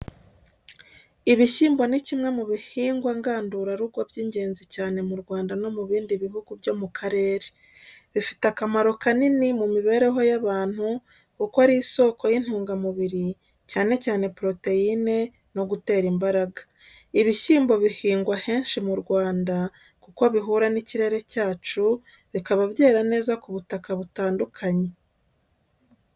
Ibishyimbo ni kimwe mu bihingwa ngandurarugo by’ingenzi cyane mu Rwanda no mu bindi bihugu byo mu karere. Bifite akamaro kanini mu mibereho y’abantu kuko ari isoko y’intungamubiri cyane cyane poroteyine no gutera imbaraga. Ibishyimbo bihingwa henshi mu Rwanda kuko bihura n’ikirere cyacu, bikaba byera neza ku butaka butandukanye.